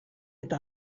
eta